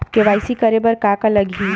KYC करे बर का का लगही?